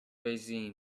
regime